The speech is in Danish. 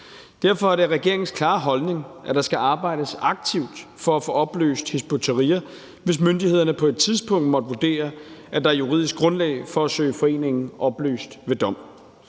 Derfor er det regeringens klare holdning, at der skal arbejdes aktivt for at få opløst Hizb ut-Tahrir, hvis myndighederne på et tidspunkt måtte vurdere, at der er juridisk grundlag for at søge foreningen opløst ved dom.